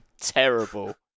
Terrible